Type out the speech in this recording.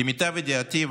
למיטב ידיעתי,